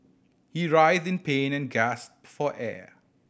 he writhed in pain and gasped for air